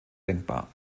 denkbar